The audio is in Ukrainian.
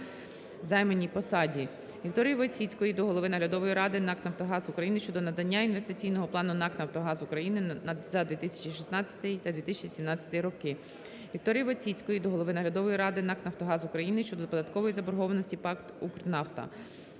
Вікторії Войціцької до голови наглядової ради НАК «Нафтогаз України» щодо надання інвестиційного плану НАК "Нафтогаз України" за 2016 та 2017 роки. Вікторії Войціцької до голови наглядової ради НАК «Нафтогаз України» щодо податкової заборгованості ПАТ "Укрнафта".